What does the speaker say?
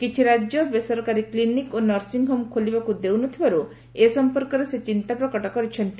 କିଛି ରାଜ୍ୟ ବେସରକାରୀ କ୍ଲିନିକ୍ ଓ ନର୍ସିଂହୋମ୍ ଖୋଲିବାକୁ ଦେଉନଥିବାରୁ ଏ ସଂପର୍କରେ ସେ ଚିନ୍ତା ପ୍ରକଟ କରିଛନ୍ତି